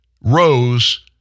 rose